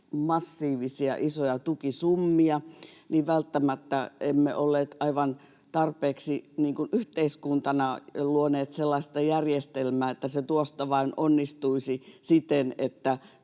massiivisia, isoja tukisummia, niin välttämättä emme olleet aivan tarpeeksi yhteiskuntana luoneet sellaista järjestelmää, että se tuosta vain onnistuisi siten, että